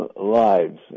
lives